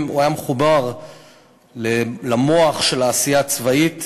הוא היה מחובר למוח של העשייה הצבאית